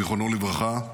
זכרונו לברכה,